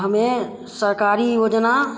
हमें सरकारी योजना